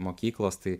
mokyklos tai